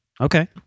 Okay